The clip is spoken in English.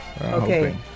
Okay